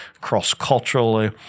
cross-culturally